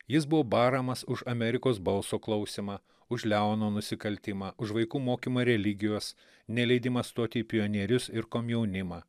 jis buvo baramas už amerikos balso klausymą už leono nusikaltimą už vaikų mokymą religijos neleidimą stoti į pionierius ir komjaunimą